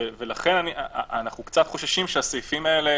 לכן אנחנו קצת חוששים שהסעיפים האלה